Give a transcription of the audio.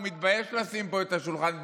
הוא מתבייש לשים פה את השולחן באמצע,